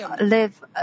live